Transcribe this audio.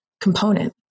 component